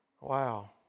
Wow